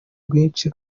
rwinshi